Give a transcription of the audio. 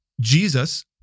Jesus